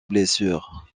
blessure